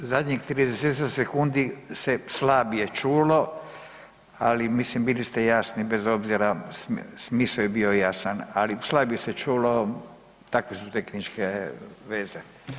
Zadnjih 30-tak sekundi se je slabije čulo, ali mislim bili ste jasni bez obzira, smisao je bio jasan, ali slabije se čulo, takve su tehničke veze.